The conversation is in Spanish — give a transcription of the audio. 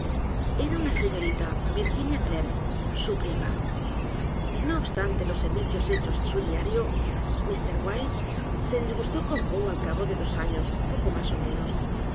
a una señorita virginia clemn su prima no obstante los servicios hechos á su diario mr w h i t e se disgustó con poe al cabo de dos años poco m á s ó menos